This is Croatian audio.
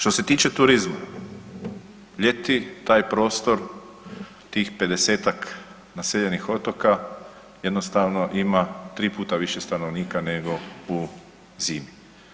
Što se tiče turizma ljeti taj prostor, tih 50-tak naseljenih otoka jednostavno ima 3 puta više stanovnika nego u zimi.